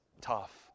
tough